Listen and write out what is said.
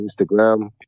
Instagram